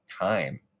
time